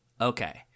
Okay